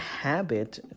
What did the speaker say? habit